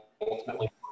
ultimately